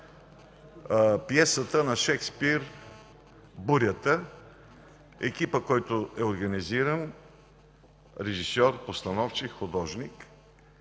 Пиесата на Шекспир „Бурята”, екипът, който е организиран – режисьор, постановчик, художник.